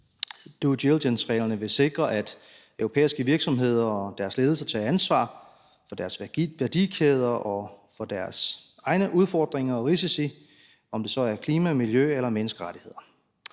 Due diligence-reglerne vil sikre, at europæiske virksomheder og deres ledelser tager ansvar for deres værdikæder og for deres egne udfordringer og risici, om det så er klima, miljø eller menneskerettigheder.